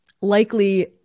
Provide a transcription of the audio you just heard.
Likely